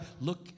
look